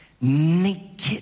Naked